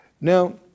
Now